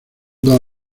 dos